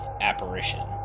apparition